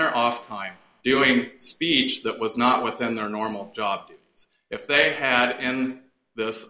their off time doing speech that was not within their normal job if they had it and this